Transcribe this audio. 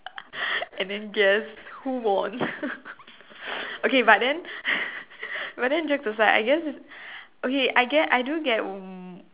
and then guess who won okay but then but then jokes aside I guess okay I guess I do get um